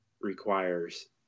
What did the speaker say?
requires